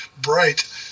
bright